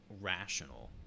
rational